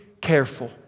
careful